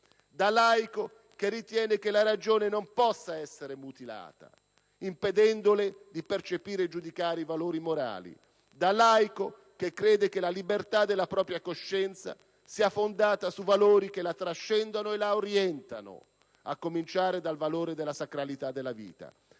da laico che ritiene che la ragione non possa essere mutilata, impedendole di percepire e giudicare i valori morali; da laico che crede che la libertà della propria coscienza sia fondata su valori che la trascendono e la orientano, a cominciare dal valore della sacralità della vita;